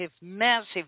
massive